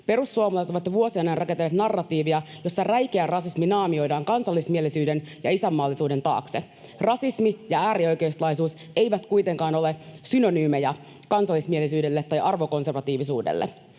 Perussuomalaiset ovat jo vuosien ajan rakentaneet narratiivia, jossa räikeä rasismi naamioidaan kansallismielisyyden ja isänmaallisuuden taakse. [Perussuomalaisten ryhmästä: Oho!] Rasismi ja äärioikeistolaisuus eivät kuitenkaan ole synonyymejä kansallismielisyydelle tai arvokonservatiivisuudelle.